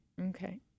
Okay